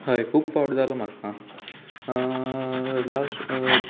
हय खूब फावट जालो म्हाका लास्ट